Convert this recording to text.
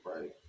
Right